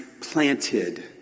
planted